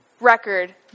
record